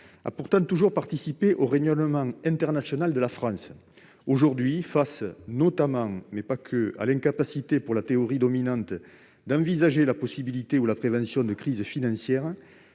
a toujours participé au rayonnement international de la France. Aujourd'hui, face notamment, mais pas seulement, à l'incapacité pour la théorie dominante d'envisager la possibilité ou la prévention de crises financières,